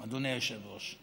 הזאת והוא עשה איזושהי מהומונת.